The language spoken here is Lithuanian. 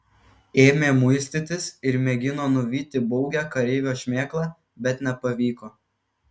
ėmė muistytis ir mėgino nuvyti baugią kareivio šmėklą bet nepavyko